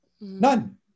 none